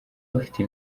bafite